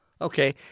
Okay